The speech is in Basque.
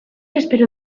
espero